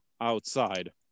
outside